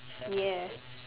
ya